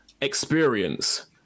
experience